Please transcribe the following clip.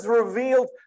revealed